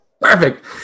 Perfect